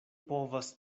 povas